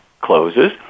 closes